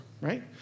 right